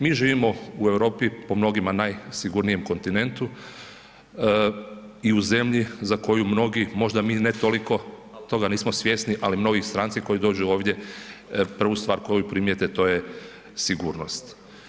Mi živimo u Europi, po mnogima najsigurnijem kontinentu i u zemlji za koju mnogi, možda mi ne toliko toga nismo svjesni ali mnogi stranci koji dođu ovdje prvu stvar koju primijete, to je sigurnost.